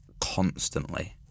constantly